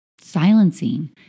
silencing